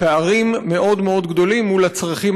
פערים מאוד מאוד גדולים מול הצרכים